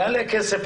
יעלה כסף.